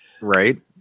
Right